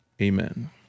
Amen